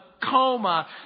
coma